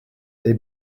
they